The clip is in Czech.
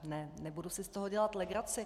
Ne, nebudu si z toho dělat legraci.